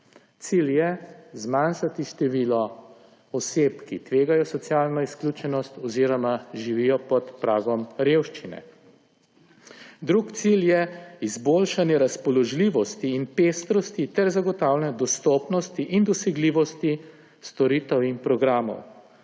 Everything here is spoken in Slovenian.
Cilj je zmanjšati število oseb, ki tvegajo socialno izključenost oziroma živijo pod pragom revščine. Drugi cilj je izboljšanje razpoložljivosti in pestrosti ter zagotavljanje dostopnosti in dosegljivosti storitev in programov.